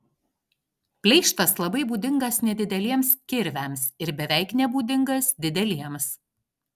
pleištas labai būdingas nedideliems kirviams ir beveik nebūdingas dideliems